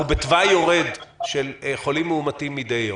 בתוואי יורד של חולים מאומתים מידי יום,